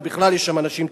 ובכלל יש שם אנשים טובים.